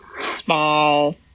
small